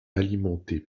alimenté